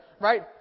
Right